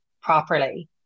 properly